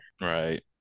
right